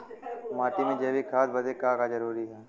माटी में जैविक खाद बदे का का जरूरी ह?